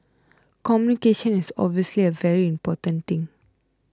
communication is obviously a very important thing